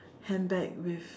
handbag with